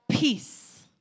Peace